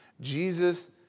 Jesus